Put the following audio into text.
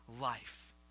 life